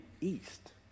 east